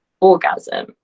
orgasm